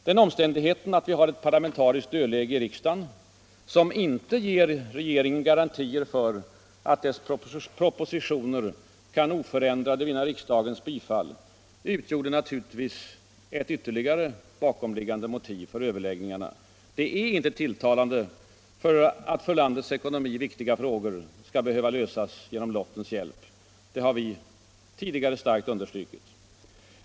Den omständigheten att vi har ett parlamentariskt dödläge i riksdagen, som inte ger regeringen garantier för att dess propositioner kan oförändrade vinna riksdagens bifall, utgjorde naturligtvis ett ytterligare bakomliggande motiv för överläggningarna. Det är inte tilltalande att för landets ekonomi viktiga frågor skall behöva lösas genom lottens hjälp; det har vi tidigare starkt understrukit.